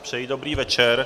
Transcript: Přeji dobrý večer.